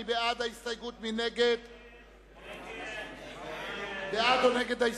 ההסתייגות לחלופין (3) של קבוצת סיעת